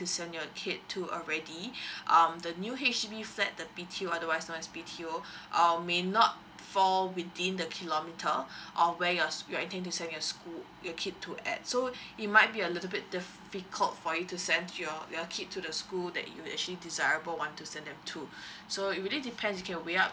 to send your kid to already um the new H_D_B flat the B_T_O otherwise not B_T_O um may not fall within the kilometre or where you're you're intending to send your school your kid to at so it might be a little bit difficult for you to send your your kid to the school that you actually desirable want to send them to so it really depends you can weigh up